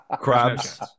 Crabs